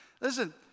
Listen